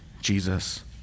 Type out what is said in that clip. Jesus